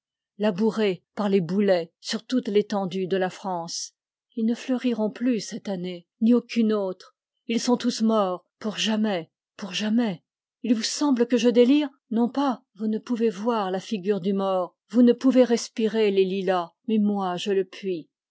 la mitraille labourés par les boulets sur toute l'étendue de la france ils ne fleuriront plus cette année ni aucune autre ils sont tous morts pour jamais pour jamais il vous semble que je délire inon pas vous ne pouvez voir la figure du mort vous ne pouvez respirer les lilas mais moi je le puis